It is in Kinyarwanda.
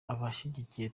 abashigikiye